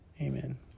Amen